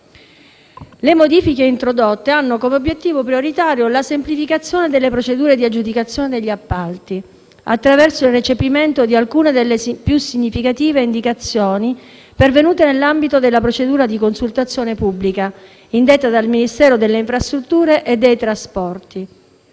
Le modifiche introdotte hanno come obiettivo prioritario la semplificazione delle procedure di aggiudicazione degli appalti attraverso il recepimento di alcune delle più significative indicazioni pervenute nell'ambito della procedura di consultazione pubblica indetta dal Ministero delle infrastrutture e dei trasporti,